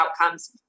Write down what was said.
outcomes